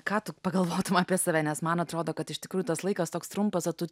ką tu pagalvotum apie save nes man atrodo kad iš tikrųjų tas laikas toks trumpas o tu